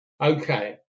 Okay